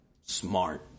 Smart